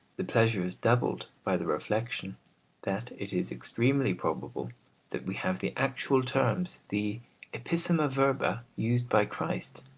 the pleasure is doubled by the reflection that it is extremely probable that we have the actual terms, the ipsissima verba, used by christ.